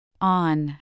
On